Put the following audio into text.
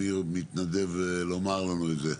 מי מתנדב לומר לנו את זה?